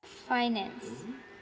finance